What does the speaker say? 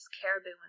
caribou